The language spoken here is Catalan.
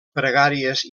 pregàries